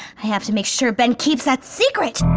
i have to make sure ben keeps that secret.